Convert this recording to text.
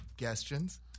questions